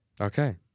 Okay